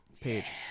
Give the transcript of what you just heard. page